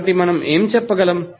కాబట్టి మనం ఏమి చెప్పగలం